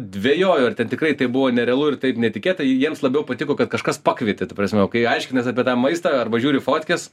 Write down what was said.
dvejoju ar ten tikrai taip buvo nerealu ir taip netikėta jiems labiau patiko kad kažkas pakvietė ta prasme o kai aiškinies apie tą maistą arba žiūri fotkes